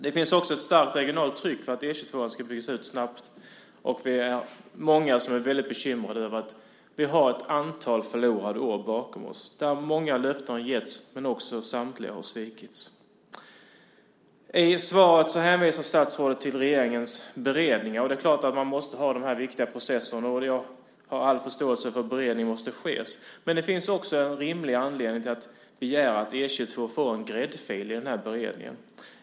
Det finns också ett starkt regionalt tryck på att E 22:an ska byggas ut snabbt, och vi är många som är väldigt bekymrade över att vi har ett antal förlorade år bakom oss, där många löften har getts men samtliga har svikits. I svaret hänvisar statsrådet till regeringens beredning. Ja, det är klart att man måste ha den här viktiga processen, och jag har all förståelse för att beredning måste ske. Men det finns också en rimlig anledning att begära att E 22 får en gräddfil i den här beredningen.